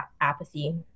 apathy